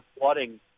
flooding